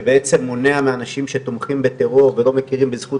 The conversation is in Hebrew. שבעצם מונע מאנשים שתומכים בטרור ולא מכירים בזכות